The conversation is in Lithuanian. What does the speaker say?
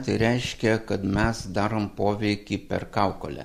tai reiškia kad mes darom poveikį per kaukolę